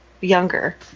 younger